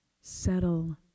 settle